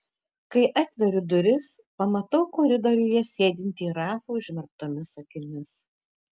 kai atveriu duris pamatau koridoriuje sėdintį rafą užmerktomis akimis